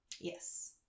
Yes